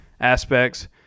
aspects